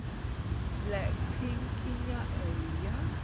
black pink in your area